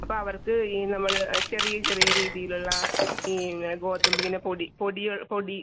അപ്പോൾ അവർക്ക് ഈ നമ്മൾ ആ ചെറിയ ചെറിയ രീതീലുള്ള ഈ ഗോതമ്പിങ്ങനെ പൊടി പൊടികൾ പൊടി